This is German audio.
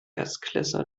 erstklässler